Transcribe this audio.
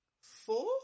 four